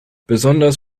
besonders